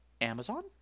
Amazon